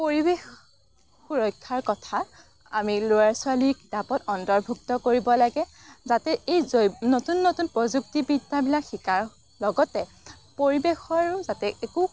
পৰিৱেশ সুৰক্ষাৰ কথা আমি ল'ৰা ছোৱালীৰ কিতাপত অন্তৰ্ভুক্ত কৰিব লাগে যাতে এই জৈ নতুন নতুন প্ৰযুক্তিবিদ্যাবিলাক শিকাৰ লগতে পৰিৱেশৰো যাতে একো